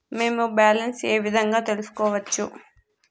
మేము బ్యాలెన్స్ ఏ విధంగా తెలుసుకోవచ్చు?